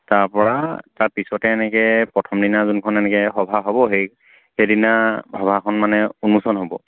তাৰপৰা তাৰ পিছতে এনেকৈ প্ৰথম দিনা যোনখন এনেকৈ সভা হ'ব সেই সেইদিনা সভাখন মানে উন্মোচন হ'ব